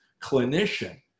clinician